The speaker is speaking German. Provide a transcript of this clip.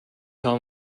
habe